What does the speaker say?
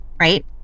right